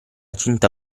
cinta